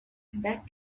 back